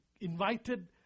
invited